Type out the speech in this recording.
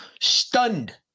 stunned